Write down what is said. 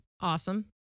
Awesome